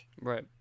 Right